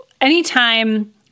anytime